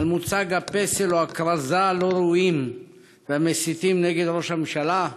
על מוצג הפסל או הכרזה הלא-ראויים והמסיתים נגד ראש הממשלה,